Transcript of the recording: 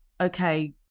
okay